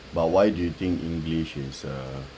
but why do you think english is uh